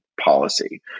policy